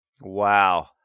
Wow